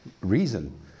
reason